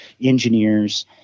engineers